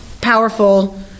powerful